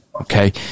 Okay